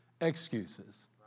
excuses